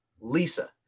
Lisa